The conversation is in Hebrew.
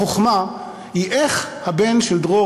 החוכמה היא איך הבן של דרור,